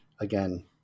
again